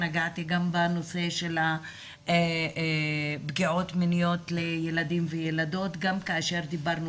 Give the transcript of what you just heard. נגעתי גם בנושא של פגיעות מיניות בילדים וילדות גם כאשר דיברנו